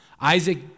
Isaac